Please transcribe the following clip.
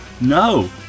No